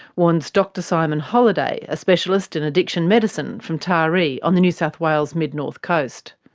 warns dr simon holliday, a specialist in addiction medicine from taree, on the new south wales mid north coast.